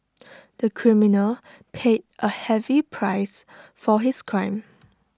the criminal paid A heavy price for his crime